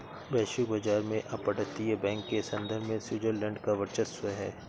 वैश्विक बाजार में अपतटीय बैंक के संदर्भ में स्विट्जरलैंड का वर्चस्व है